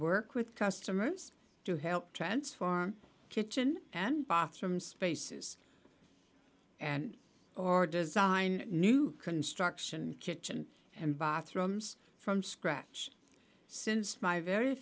work with customers to help transform kitchen and bathrooms faces and or design new construction kitchen and bathrooms from scratch since my very